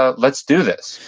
ah let's do this.